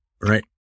Right